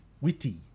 witty